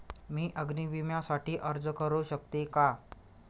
मी अग्नी विम्यासाठी अर्ज करू शकते का?